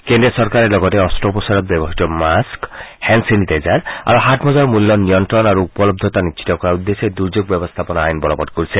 কেন্দ্ৰীয় চৰকাৰে লগতে অক্লোপচাৰত ব্যৱহাত মাস্ক হেণ্ড ছেনিটাইজাৰ আৰু হাতমোজাৰ মূল্য নিয়ন্ত্ৰণ আৰু উপলব্ধতা নিশ্চিত কৰাৰ উদ্দেশ্যে দুৰ্যোগ ব্যৱস্থাপনা আইন বলবং কৰিছে